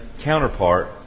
counterpart